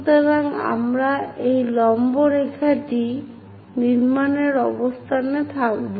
সুতরাং আমরা এই লম্বরেখাটি নির্মাণের অবস্থানে থাকব